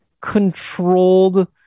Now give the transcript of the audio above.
controlled